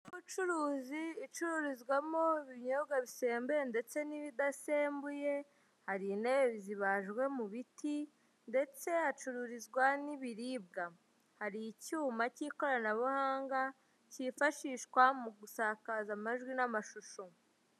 Inzu y'ubucuruzi, icururizwamo ibinyobwa bisembuye ndetse n'ibudasembuye, hari intebe zibajwe mubiti, ndetse hacururizwa n'ibiribwa, hari icyuma k'ikoranabuhanga kifashishwa mu gusakaza amajwi n'amashusho.